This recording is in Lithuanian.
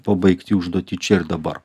pabaigti užduotį čia ir dabar